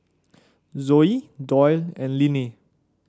Zoie Doyle and Linnie